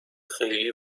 خیلی